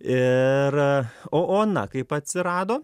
ir o ona kaip atsirado